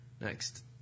next